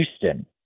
Houston